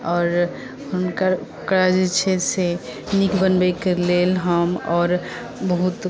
आओर हुनकर ओकरा जे छै से नीक बनबैके लेल आओर हम बहुत